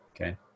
Okay